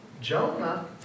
Jonah